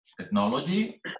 technology